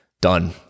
Done